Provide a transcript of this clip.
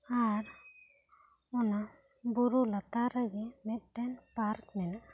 ᱟᱨ ᱚᱱᱟ ᱵᱩᱨᱩ ᱞᱟᱛᱟᱨ ᱨᱮᱜᱮ ᱢᱤᱫᱴᱟᱝ ᱯᱟᱨᱠ ᱢᱮᱱᱟᱜ ᱟ